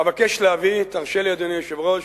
אבקש להביא, תרשה לי, אדוני היושב-ראש,